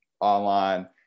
online